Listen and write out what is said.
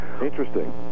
Interesting